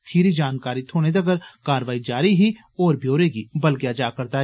खीरी जानकारी थ्होने तक्कर कारवाई जारी ही होर ब्यौरे गी बलगेआ जारदा ऐ